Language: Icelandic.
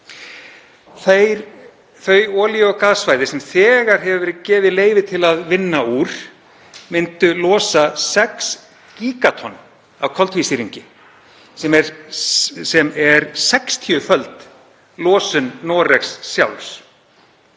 Þau olíu- og gassvæði sem þegar hefur verið gefið leyfi til að vinna úr myndu losa þrjú gígatonn af koltvísýringi sem er sextíuföld losun Noregs sjálfs.